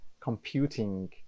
computing